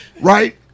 Right